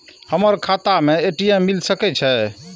हमर खाता में ए.टी.एम मिल सके छै?